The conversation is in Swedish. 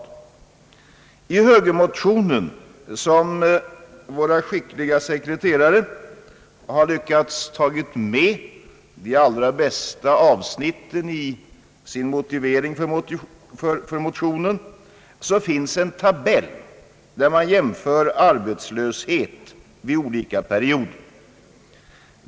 I högermotionen, ur vilken våra skickliga sekreterare har lyckats ta med de allra bästa avsnitten i sin motivering för motionen, finns en tabell där man jämför arbetslöshet under olika perioder.